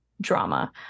drama